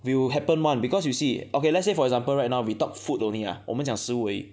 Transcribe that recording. it'll happen [one] because you see okay let's say for example right now we talk food only ah 我们讲食物而已